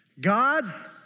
God's